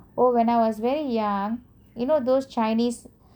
oh when I was very young you know those chinese